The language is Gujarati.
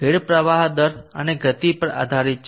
હેડ પ્રવાહ દર અને ગતિ પર આધારિત છે